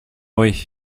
oui